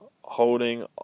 holding